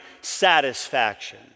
satisfaction